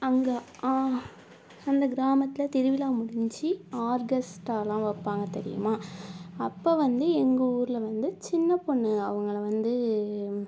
அங்கே அந்த கிராமத்தில் திருவிழா முடிஞ்சு ஆர்கெஸ்ட்டாலாம் வைப்பாங்க தெரியுமா அப்போ வந்து எங்கள் ஊரில் வந்து சின்ன பொண்ணு அவங்கள வந்து